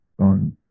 on